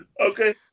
Okay